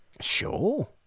Sure